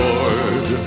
Lord